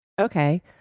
Okay